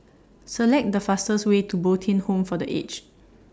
Select The fastest Way to Bo Tien Home For The Aged